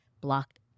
blocked